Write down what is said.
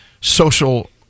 social